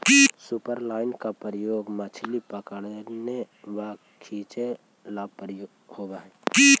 superline का प्रयोग मछली पकड़ने व खींचे ला होव हई